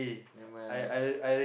never mind ah let